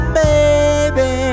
baby